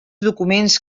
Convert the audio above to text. documents